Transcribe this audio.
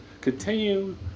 continue